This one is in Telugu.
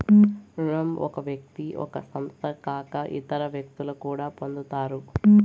రుణం ఒక వ్యక్తి ఒక సంస్థ కాక ఇతర వ్యక్తులు కూడా పొందుతారు